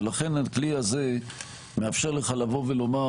ולכן הכלי הזה מאפשר לך לומר,